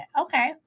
Okay